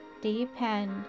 depend